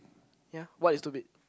ya what is stupid